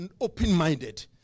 open-minded